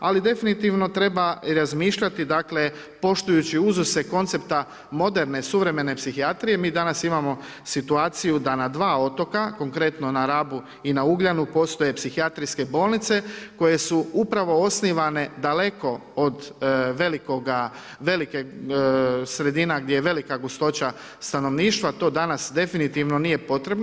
Ali defektivno treba razmišljati dakle, poštujući uzuse koncepta moderne suvremene psihijatrije, mi danas imamo situaciju da na dva otoka, konkretno na Rabu i na Ugljanu postoje psihijatrijske bolnice, koje su upravo osnivane daleko od velike sredina, gdje je velika gustoća stanovnika, to danas definitivno nije potrebno.